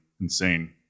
insane